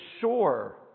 sure